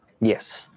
Yes